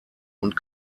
und